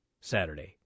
saturday